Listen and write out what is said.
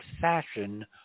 fashion